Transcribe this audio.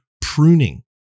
pruning